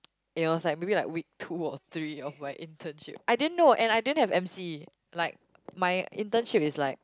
it was like maybe like week two or three of my internship I didn't know and I didn't have m_c like my internship is like